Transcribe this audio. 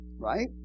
Right